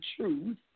truth